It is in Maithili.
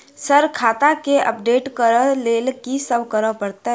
सर खाता केँ अपडेट करऽ लेल की सब करै परतै?